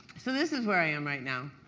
so this is where i am right now.